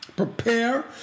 Prepare